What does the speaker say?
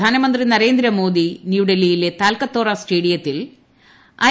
പ്രധാനമന്ത്രി നരേന്ദ്രമോദി ന്യൂഡൽഹിയിലെ തൽക്കത്തോറാ സ്റ്റേഡിയത്തിൽ ഐ